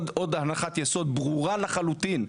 עוד הנחת יסוד ברורה לחלוטין,